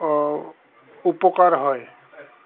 উপকাৰ হয়